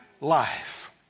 life